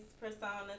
persona